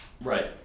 Right